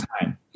time